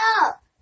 up